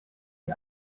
sie